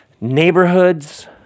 neighborhoods